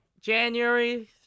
January